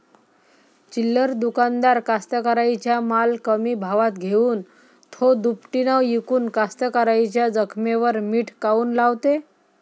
चिल्लर दुकानदार कास्तकाराइच्या माल कमी भावात घेऊन थो दुपटीनं इकून कास्तकाराइच्या जखमेवर मीठ काऊन लावते?